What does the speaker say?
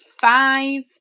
five